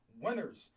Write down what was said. winners